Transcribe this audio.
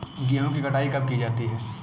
गेहूँ की कटाई कब की जाती है?